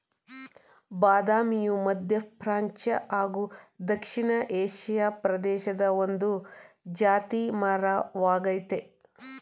ಬಾದಾಮಿಯು ಮಧ್ಯಪ್ರಾಚ್ಯ ಹಾಗೂ ದಕ್ಷಿಣ ಏಷಿಯಾ ಪ್ರದೇಶದ ಒಂದು ಜಾತಿ ಮರ ವಾಗಯ್ತೆ